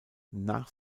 nach